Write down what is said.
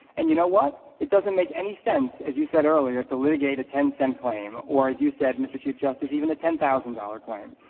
and you know what? it doesn't make any sense, as you said earlier, to litigate a ten cent claim, or as you said, mr. chief justice, even a ten thousand dollars claim.